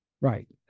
Right